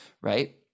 right